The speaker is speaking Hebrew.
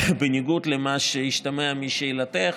בניגוד למה שהשתמע משאלתך,